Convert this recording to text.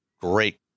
great